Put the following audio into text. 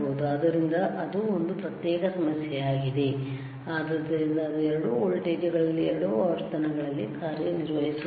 ಆದ್ದರಿಂದ ಅದು ಒಂದು ಪ್ರತ್ಯೇಕ ಸಮಸ್ಯೆಯಾಗಿದೆ ಆದ್ದರಿಂದ ಅದು ಎರಡೂ ವೋಲ್ಟೇಜ್ಗಳಲ್ಲಿ ಎರಡೂ ಆವರ್ತನಗಳಲ್ಲಿಕಾರ್ಯನಿರ್ವಹಿಸುತ್ತದೆ